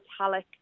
metallic